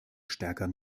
stärker